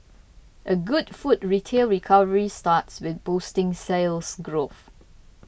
a good food retail recovery starts with boosting Sales Growth